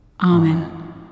Amen